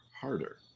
harder